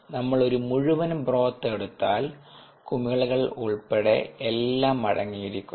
നമ്മൾ ഒരു മുഴുവൻ ബ്രോത്ത് എടുത്താൽ കുമിളകൾ ഉൾപ്പെടെ എല്ലാം അടങ്ങിയിരിക്കുന്നു